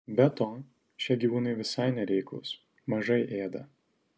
be to šie gyvūnai visai nereiklūs mažai ėda